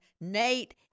Nate